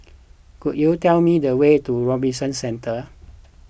could you tell me the way to Robinson Centre